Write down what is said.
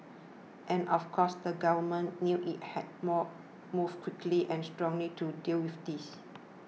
and of course the government knew it had to more move quickly and strongly to deal with this